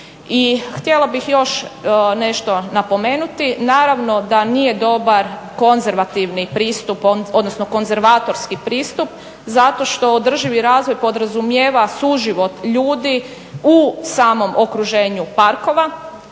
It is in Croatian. htjela bih još nešto napomenuti. Naravno da nije dobar konzervativni pristup, odnosno konzervatorski pristup zato što održivi razvoj podrazumijeva suživot ljudi u samom okruženju parkova.